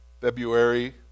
February